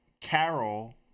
carol